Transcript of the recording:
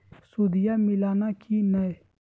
सुदिया मिलाना की नय?